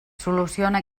soluciona